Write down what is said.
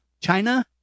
China